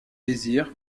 désir